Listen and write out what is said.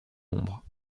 l’ombre